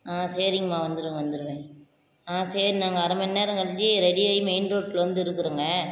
ஆ சரிங்கம்மா வந்துடுங்க வந்துடுங்க ஆ சரி நாங்கள் அரை மணிநேரம் கழிச்சி ரெடி ஆகி மெயின் ரோட்டில் வந்து இருக்கிறோங்க